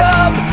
up